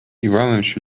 иванович